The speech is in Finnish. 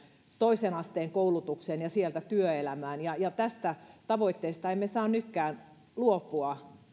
toisen asteen koulutukseen ja sieltä työelämään ja ja tästä tavoitteesta emme saa nytkään luopua